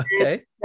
okay